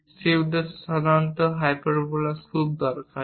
সেই উদ্দেশ্যে সাধারণত হাইপারবোলাস খুব দরকারী